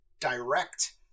direct